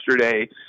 yesterday